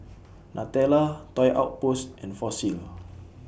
Nutella Toy Outpost and Fossil